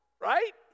right